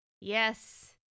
Yes